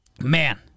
Man